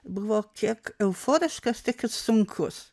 buvo kiek euforiškas tiek ir sunkus